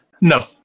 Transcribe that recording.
No